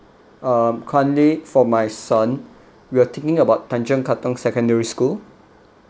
um currently for my son we're thinking about tanjong katong secondary school